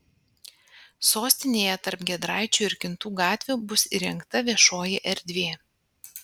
sostinėje tarp giedraičių ir kintų gatvių bus įrengta viešoji erdvė